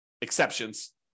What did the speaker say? exceptions